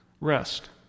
Rest